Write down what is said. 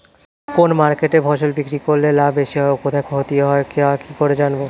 কোন মার্কেটে ফসল বিক্রি করলে লাভ বেশি হয় ও কোথায় ক্ষতি হয় তা কি করে জানবো?